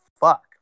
fuck